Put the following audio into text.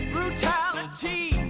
Brutality